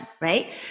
right